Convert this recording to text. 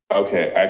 okay.